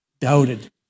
doubted